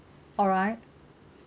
alright